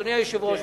אדוני היושב-ראש,